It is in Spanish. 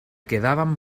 quedaban